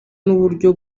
n’uburyo